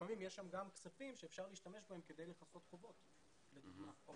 לפעמים יש שם גם כספים שאפשר להשתמש בהם כדי לכסות חובות או כדי